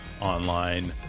online